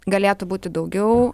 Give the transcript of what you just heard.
galėtų būti daugiau